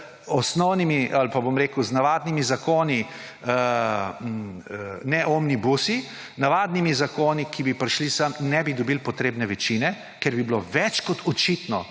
osnovnimi ali z navadnimi zakoni, ne omnibusi, navadnimi zakoni, ki bi prišli sem, ne bi dobili potrebne večine, ker bi bilo več kot očitno,